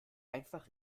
einfach